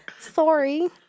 Sorry